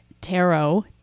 tarot